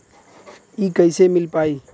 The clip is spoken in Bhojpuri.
इ कईसे मिल पाई?